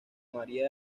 maría